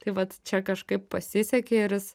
tai vat čia kažkaip pasisekė ir jis